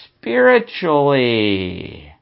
spiritually